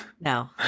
No